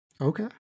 Okay